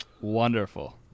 Wonderful